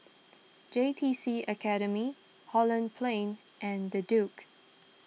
J T C Academy Holland Plain and the Duke